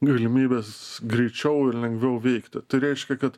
galimybes greičiau ir lengviau veikti tai reiškia kad